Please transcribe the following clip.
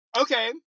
Okay